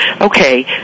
okay